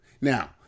Now